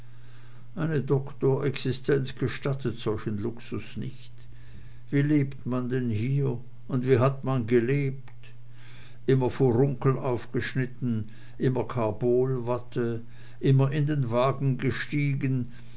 eine doktorexistenz gestattet solchen luxus nicht wie lebt man denn hier und wie hat man gelebt immer furunkel aufgeschnitten immer karbolwatte immer in den wagen gestiegen